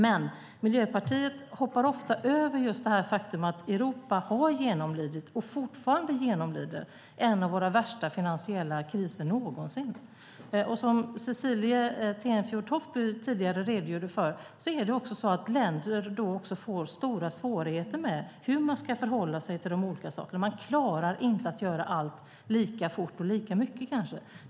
Men Miljöpartiet hoppar ofta över just det faktum att Europa har genomlidit och fortfarande genomlider en av våra värsta finansiella kriser någonsin. Som Cecilie Tenfjord-Toftby tidigare redogjorde för får länder stora svårigheter med hur de ska förhålla sig till de olika sakerna. Man klarar kanske inte att göra allt lika fort och lika mycket.